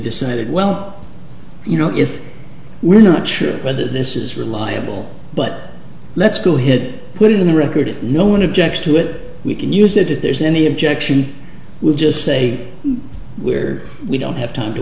decided well you know if we're not sure whether this is reliable but let's go hit put it in the record no one objects to it we can use that if there's any objection we'll just say we're we don't have time to